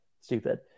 stupid